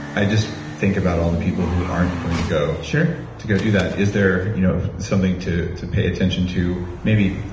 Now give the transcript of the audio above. i just think about all the people who aren't going to go to go do that. is there you know something to to pay attention to, maybe.